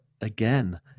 again